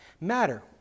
matter